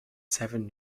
seven